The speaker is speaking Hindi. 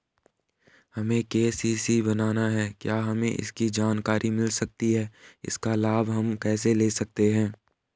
हमें के.सी.सी बनाना है क्या हमें इसकी जानकारी मिल सकती है इसका लाभ हम कैसे ले सकते हैं?